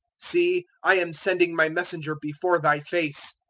see i am sending my messenger before thy face,